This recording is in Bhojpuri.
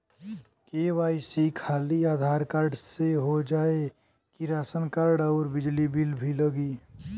के.वाइ.सी खाली आधार कार्ड से हो जाए कि राशन कार्ड अउर बिजली बिल भी लगी?